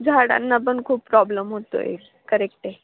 झाडांना पण खूप प्रॉब्लेम होतो आहे करेक्ट आहे